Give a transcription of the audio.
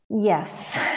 Yes